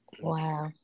Wow